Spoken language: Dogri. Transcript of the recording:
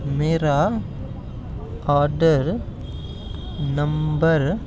मेरा आर्डर नम्बर